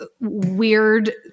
weird